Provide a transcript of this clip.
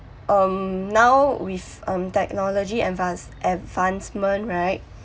um now with um technology advance advancement right